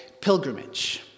pilgrimage